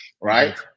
right